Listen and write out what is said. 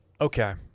Okay